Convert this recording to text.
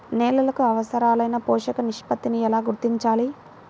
నేలలకు అవసరాలైన పోషక నిష్పత్తిని ఎలా గుర్తించాలి?